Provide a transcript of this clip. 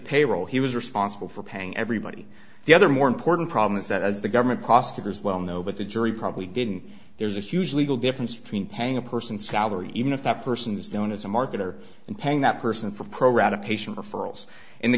payroll he was responsible for paying everybody the other more important problem is that as the government prosecutors well know but the jury probably didn't there's a huge legal difference between paying a person salary even if that person is known as a marketer and paying that person for pro rata patient referrals in the